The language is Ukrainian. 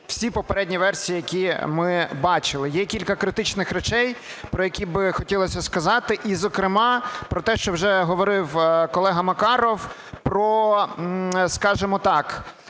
всі попередні версії, які ми бачили. Є кілька критичних речей, про які би хотілося сказати, і зокрема про те, що вже говорив колега Макаров, про, скажімо так,